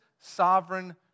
sovereign